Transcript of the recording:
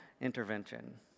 intervention